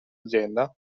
azienda